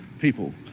people